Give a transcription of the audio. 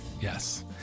Yes